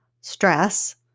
stress